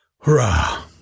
Hurrah